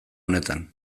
honetan